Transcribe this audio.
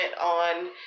on